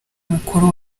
mukuru